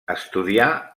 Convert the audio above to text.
estudià